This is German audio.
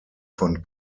von